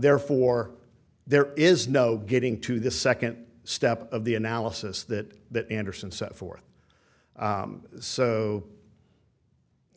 therefore there is no getting to the second step of the analysis that that anderson set forth so